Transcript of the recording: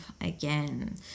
again